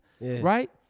right